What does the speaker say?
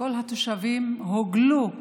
וכל התושבים הוגלו וגורשו.